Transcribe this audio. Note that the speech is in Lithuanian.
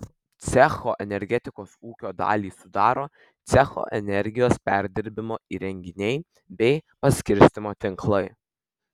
cecho energetikos ūkio dalį sudaro cecho energijos perdirbimo įrenginiai bei paskirstymo tinklai